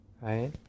right